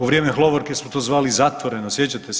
U vrijeme Hloverke smo to zvali Zatvoreno sjećate se?